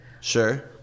Sure